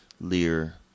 Lear